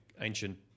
ancient